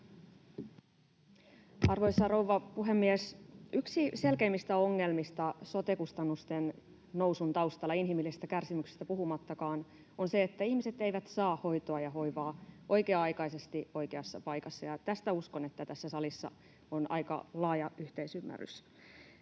Arvoisa rouva puhemies! Yksi selkeimmistä ongelmista sote-kustannusten nousun taustalla, inhimillisestä kärsimyksestä puhumattakaan, on se, että ihmiset eivät saa hoitoa ja hoivaa oikea-aikaisesti oikeassa paikassa, ja uskon, että tästä tässä salissa on aika laaja yhteisymmärrys.